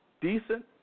decent